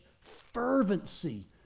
fervency